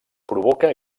provoca